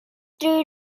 through